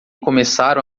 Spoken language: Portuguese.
começaram